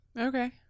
Okay